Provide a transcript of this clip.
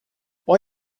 why